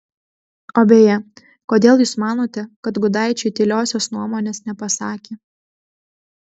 o beje kodėl jūs manote kad gudaičiui tyliosios nuomonės nepasakė